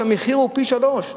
כשהמחיר הוא פי-שלושה.